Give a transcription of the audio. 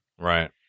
Right